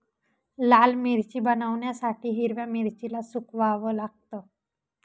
लाल मिरची बनवण्यासाठी हिरव्या मिरचीला सुकवाव लागतं